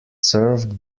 served